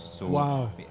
Wow